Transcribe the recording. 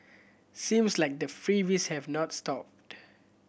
seems like the freebies have not stopped